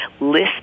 list